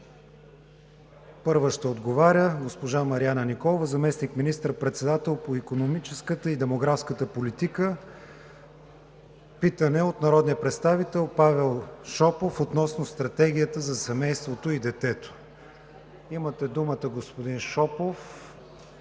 Първа ще отговаря госпожа Марияна Николова – заместник министър-председател по икономическата и демографската политика. Питане от народния представител Павел Шопов относно Стратегията за семейството и детето. Имате думата, господин Шопов,